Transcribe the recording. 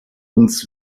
uns